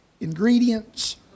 ingredients